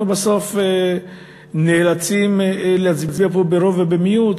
בסוף נאלצים להצביע פה ברוב ובמיעוט,